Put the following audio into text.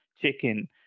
chicken